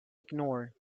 ignored